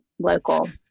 local